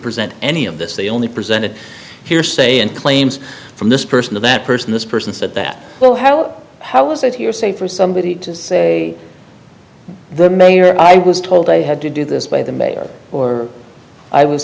present any of this they only presented hearsay and claims from this person that person this person said that oh how how was that hearsay for somebody to say the mayor i was told they had to do this by the mayor or i was